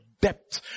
depth